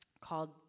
called